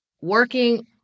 Working